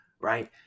right